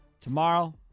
Tomorrow